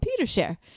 ComputerShare